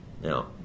Now